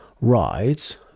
writes